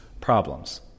problems